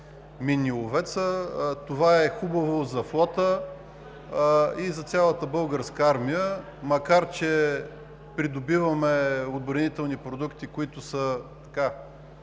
минни ловци. Това е хубаво за флота и за цялата българска армия, макар че придобиваме отбранителни продукти, които са